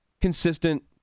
consistent